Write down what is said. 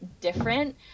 different